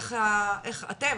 - איך אתם,